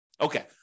Okay